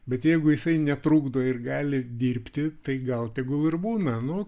bet jeigu jisai netrukdo ir gali dirbti tai gal tegul ir būna nu